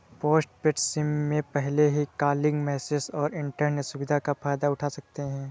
postpaid SIM में पहले ही कॉलिंग, मैसेजस और इन्टरनेट सुविधाओं का फायदा उठा सकते हैं